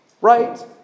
Right